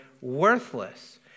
worthless